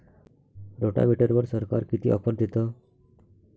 रोटावेटरवर सरकार किती ऑफर देतं?